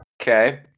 Okay